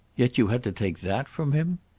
yet you had to take that from him?